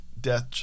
Death